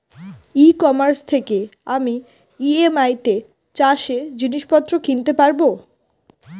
ই commerce থেকে আমি EMI তে চাষে জিনিসপত্র কিনতে পারব?